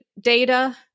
data